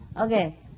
Okay